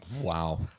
Wow